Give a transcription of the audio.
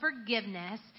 forgiveness